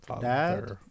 dad